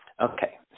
Okay